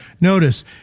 notice